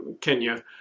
Kenya